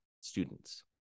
students